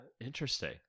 Interesting